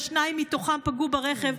שניים מתוכם פגעו ברכב,